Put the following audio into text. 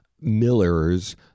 Miller's